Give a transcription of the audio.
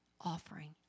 offering